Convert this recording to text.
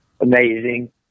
Amazing